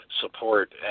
support